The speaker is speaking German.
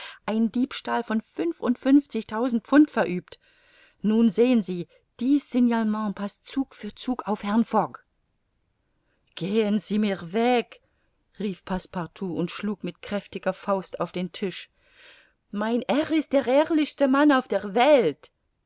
ein diebstahl von fünfundfünfzigtausend pfund verübt nun sehen sie dies signalement paßt zug für zug auf herrn fogg gehen sie mir weg rief passepartout und schlug mit kräftiger faust auf den tisch mein herr ist der ehrlichste mann auf der welt